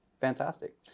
fantastic